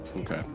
Okay